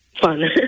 fun